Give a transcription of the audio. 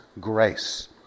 grace